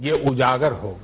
ये उजागर होगा